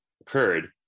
occurred